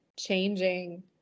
changing